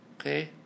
Okay